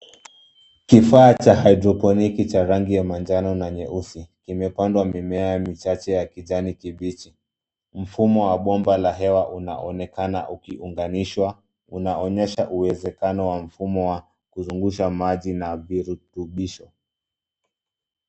Kifaa cha Hydroponic cha rangi ya manjano na nyeusi imepandwa mimea michache ya kijani kibichi mfumo wa bomba la hewa unaokena ukiunganishwa uanonyesha uwezekano wa mfumo wa kuzungusha maji na virutubisho.